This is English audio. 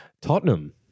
Tottenham